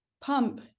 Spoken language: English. pump